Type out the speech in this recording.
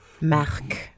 Marc